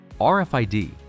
RFID